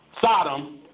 Sodom